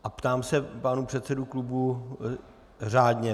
A ptám se pánů předsedů klubů řádně.